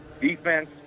defense